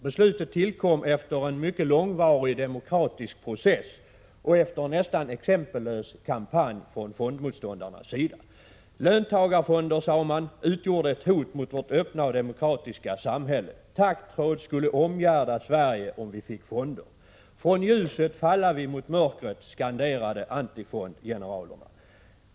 Beslutet tillkom efter en mycket långvarig demokratisk process och efter en nästan exempellös kampanj från fondmotståndarnas sida. Löntagarfonder, sade man, utgjorde ett hot mot vårt öppna och demokratiska samhälle. Taggtråd skulle omgärda Sverige om vi fick fonder. Från ljuset falla vi mot mörker, skanderade antifondgeneralerna.